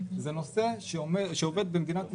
זה נושא שעובד במדינת ישראל,